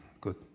Good